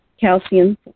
calcium